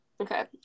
Okay